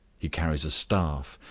he carries a staff,